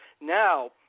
now